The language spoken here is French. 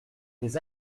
des